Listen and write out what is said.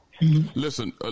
Listen